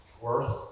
Worth